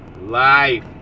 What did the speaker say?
life